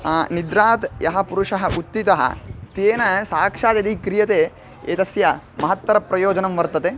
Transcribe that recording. निद्रात् यः पुरुषः उत्तितः तेन साक्षात् यदि क्रियते एतस्य महत्तरप्रयोजनं वर्तते